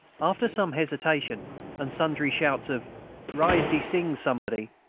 after some hesitation and sundry shouts of rise de sing, somebody,